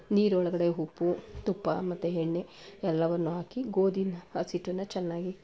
ನೀರೊಳಗಡೆ ಉಪ್ಪು ತುಪ್ಪ ಮತ್ತು ಎಣ್ಣೆ ಎಲ್ಲವನ್ನೂ ಹಾಕಿ ಗೋಧಿನ ಹಸಿಟನ್ನು ಚೆನ್ನಾಗಿ